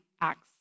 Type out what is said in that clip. acts